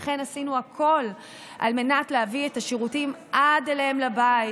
לכן עשינו הכול על מנת להביא את השירותים עד אליהם לבית,